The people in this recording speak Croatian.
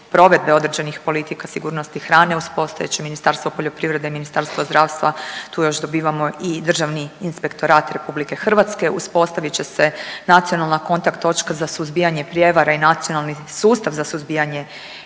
provedbe određenih politika sigurnosti hrane uz postojeće Ministarstvo poljoprivrede i Ministarstvo zdravstva tu još dobivamo i Državni inspektorat RH. Uspostavit će se nacionalna kontakt točka za suzbijanje prijevare i nacionalni sustav za suzbijanje